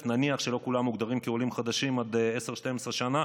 נניח שלא כולם מוגדרים כעולים חדשים עד 12-10 שנה,